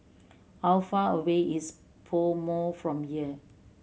how far away is PoMo from here